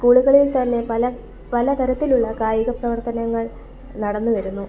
സ്കൂളുകളിൽ തന്നെ പല പലതരത്തിലുള്ള കായിക പ്രവർത്തനങ്ങൾ നടന്നു വരുന്നു